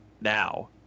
now